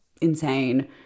insane